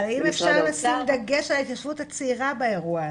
אבל אם אפשר לשים דגש על ההתיישבות הצעירה באירוע הזה?